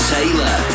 Taylor